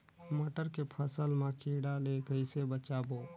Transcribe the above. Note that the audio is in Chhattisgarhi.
मटर के फसल मा कीड़ा ले कइसे बचाबो?